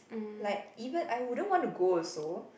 like even I wouldn't want to go also